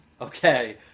Okay